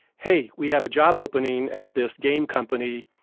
hey, we have a job opening at this game company.